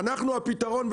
הפתרון,